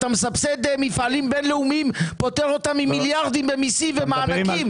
אתה מסבסד מפעלים בינלאומיים ופוטר אותם במיליארדים ממיסים ומענקים.